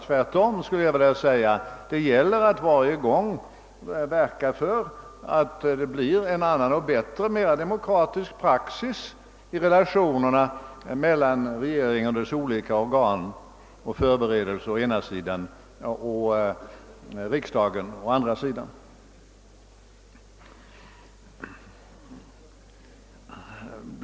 Tvärtom gäller det att varje gång verka för att det blir en annan och mer demokratisk praxis i relationerna mellan regeringen och de förberedande instanserna å ena sidan och riksdagen å andra sidan.